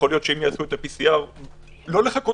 יכול להיות שאם יעשו את ה-PCR - לא לחכות